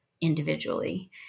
individually